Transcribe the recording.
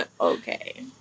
Okay